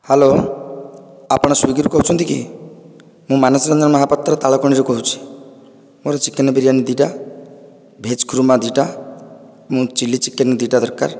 hello ଆପଣ ସ୍ଵିଗିରୁ କହୁଛନ୍ତି କି ମୁଁ ମାନସ ରଞ୍ଜନ ମହାପାତ୍ର ତାଳକଣିରୁ କହୁଛି ମୋ'ର ଚିକେନ ବିରିୟାନୀ ଦୁଇଟା ଭେଜ କୁର୍ମା ଦୁଇଟା ଚିଲ୍ଲି ଚିକେନ ଦୁଇଟା ଦରକାର